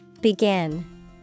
Begin